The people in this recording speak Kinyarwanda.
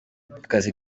akazi